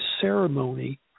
ceremony